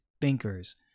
thinkers